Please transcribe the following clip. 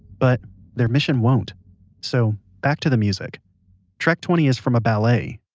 but their mission won't so, back to the music track twenty is from a ballet,